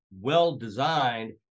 well-designed